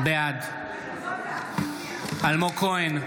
בעד אלמוג כהן,